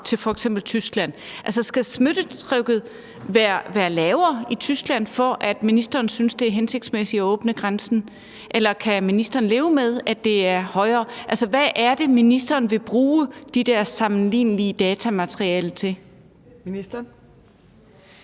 til f.eks. Tyskland er. Altså, skal smittetrykket være lavere i Tyskland, for at ministeren synes, det er hensigtsmæssigt at åbne grænsen, eller kan ministeren leve med, at det er højere? Altså, hvad er det, ministeren vil bruge det der sammenlignelige datamateriale til? Kl.